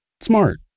Smart